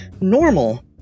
normal